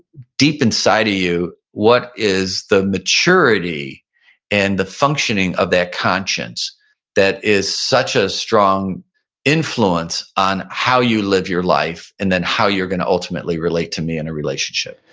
deep inside of you, what is the maturity and the functioning of that conscience that is such a strong influence on how you live your life and then how you're going to ultimately relate to me in a relationship?